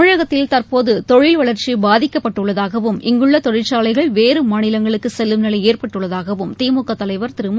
தமிழகத்தில் தற்போது தொழில் வளர்ச்சி பாதிக்கப்பட்டுள்ளதாகவும் இங்குள்ள தொழிற்சாலைகள் வேறு மாநிலங்களுக்கு செல்லும் நிலை ஏற்பட்டுள்ளதாகவும் திமுக தலைவர் திரு மு